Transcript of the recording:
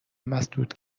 مسدود